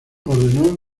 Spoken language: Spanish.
ordenó